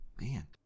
Man